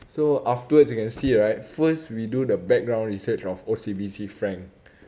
so afterwards you can see right first we do the background research of O_C_B_C frank